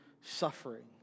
suffering